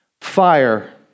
Fire